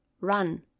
run